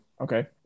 Okay